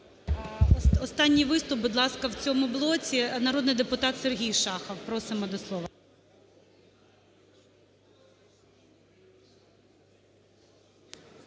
Останній виступ, будь ласка, в цьому блоці, народний депутат Сергій Шахов, просимо до слова.